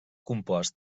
compost